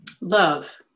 Love